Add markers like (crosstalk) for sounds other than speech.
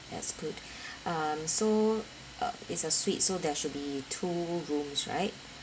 that's good (breath) um so uh is a suite so there should be two rooms right